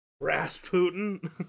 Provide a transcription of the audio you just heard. Rasputin